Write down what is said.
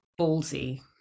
ballsy